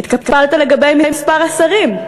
התקפלת לגבי מספר השרים,